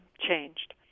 changed